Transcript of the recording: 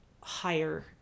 higher